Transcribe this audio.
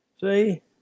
See